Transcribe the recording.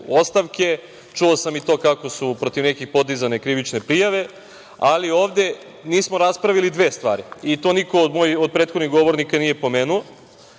ostavke. Čuo sam i to kako su protiv nekih podizane krivične prijave, ali ovde nismo raspravili dve stvari i to niko od prethodnih govornika nije pomenuo.